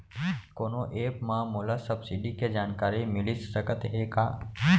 कोनो एप मा मोला सब्सिडी के जानकारी मिलिस सकत हे का?